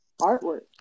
artwork